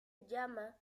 llama